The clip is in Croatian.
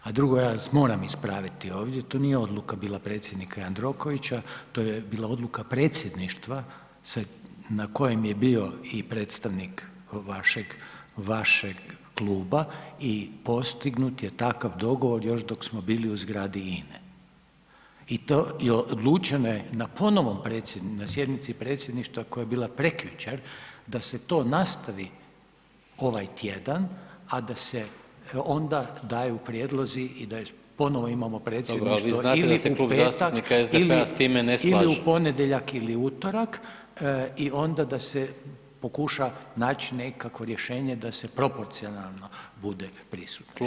A drugo, ja vas moram ispraviti ovdje, to nije odluka bila predsjednika Jandrokovića, to je bila odluka predsjedništva na kojem je bio i predstavnik vašeg, vašeg kluba i postignut je takav dogovor još dok smo bili u zgradi INA-e i odlučeno je na ponovnoj sjednici predsjedništva koja je bila prekjučer da se to nastavi ovaj tjedan, a da se onda daju prijedlozi i da ponovo imamo predsjedništvo ili u petak ili, ili u ponedjeljak ili utorak i onda da se pokuša nać nekakvo rješenje da se proporcionalno bude prisutno, jel.